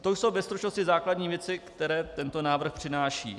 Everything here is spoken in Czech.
To jsou ve stručnosti základní věci, které tento návrh přináší.